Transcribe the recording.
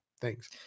thanks